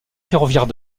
ferroviaire